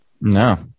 No